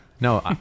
No